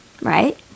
Right